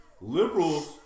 Liberals